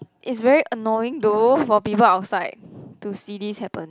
it's very annoying though for people outside to see this happen